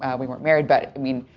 we weren't married. but, i mean,